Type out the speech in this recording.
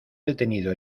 detenido